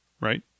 Right